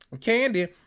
Candy